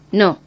no